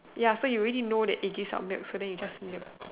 ya so you know that they give out's milk so then you just milk